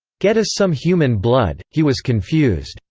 get us some human blood he was confused.